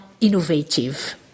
innovative